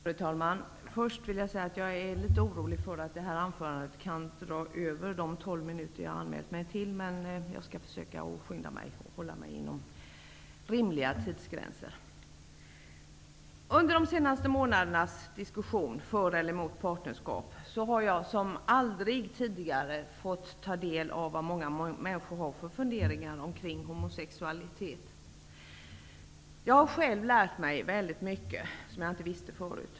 Fru talman! Jag vill först säga att jag är litet orolig för att jag kommer att överskrida de tolv minuter som jag har anmält, men jag skall försöka hålla mig inom rimliga tidsgränser. Under de senaste månadernas diskussion för eller emot en lag om registrerat partnerskap har jag som aldrig tidigare fått ta del av vad många människor har för funderingar omkring homosexualitet. Jag har själv lärt mig väldigt mycket som jag inte visste förut.